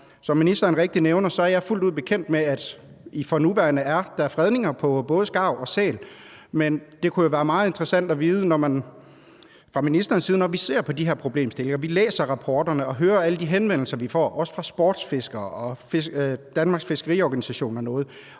Som ministeren rigtigt nævner, er jeg fuldt ud bekendt med, at der for nuværende er fredninger af både skarv og sæl, men det kunne jo være meget interessant at høre, når vi ser på de problemstillinger, læser de rapporter og hører om alle de henvendelser, vi får, også fra sportsfiskere og danske fiskeriorganisationer,